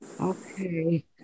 Okay